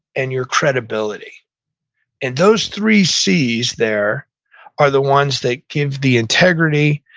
and your credibility and those three c's there are the ones that give the integrity,